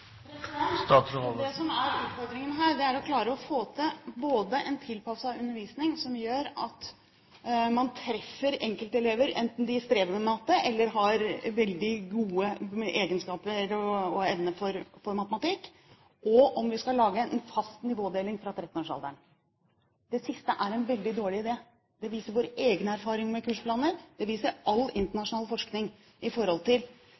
som er utfordringen her, er å klare å få til en tilpasset undervisning som gjør at man treffer enkeltelever enten de strever med matte eller har veldig gode evner for matematikk, og om vi skal lage en fast nivådeling fra 13-årsalderen. Det siste er en veldig dårlig idé. Det viser våre egne erfaringer med kursplaner, og det viser all